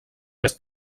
més